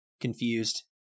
confused